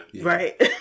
Right